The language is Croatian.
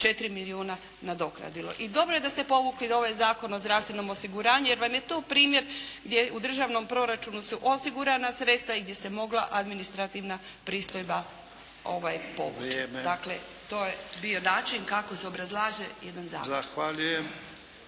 milijuna nadoknadilo. I dobro je da ste povukli ovaj Zakon o zdravstvenom osiguranju jer vam je to primjer gdje u državnom proračunu su osigurana sredstva i gdje se mogla administrativna pristojba povući. Dakle, to je bio način kako se obrazlaže jedan zakon.